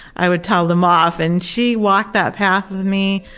i would tell them off. and she walked that path with me